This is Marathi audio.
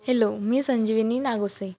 हॅलो मी संजवीनी नागोसे